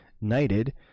knighted